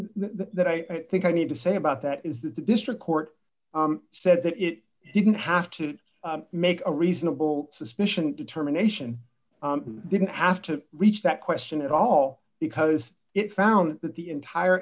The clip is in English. that i think i need to say about that is that the district court said that it didn't have to make a reasonable suspicion determination didn't have to reach that question at all because it found that the entire